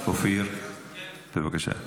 אתה מסכם?